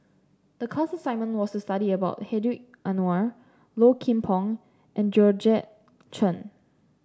the class assignment was to study about Hedwig Anuar Low Kim Pong and Georgette Chen